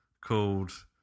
called